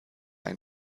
ein